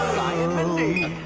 um in mindy,